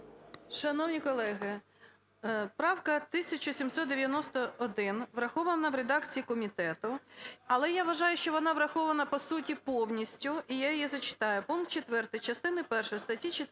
Шановні колеги, правка 1791 врахована в редакції комітету. Але я вважаю, що вона врахована по суті повністю і я її зачитаю. "Пункт 4 частини першої статті 4